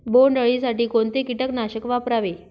बोंडअळी साठी कोणते किटकनाशक वापरावे?